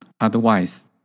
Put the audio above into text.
Otherwise